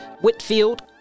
whitfield